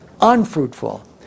unfruitful